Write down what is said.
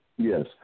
Yes